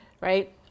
Right